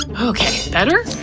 okay, better?